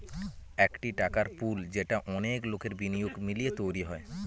একটি টাকার পুল যেটা অনেক লোকের বিনিয়োগ মিলিয়ে তৈরী হয়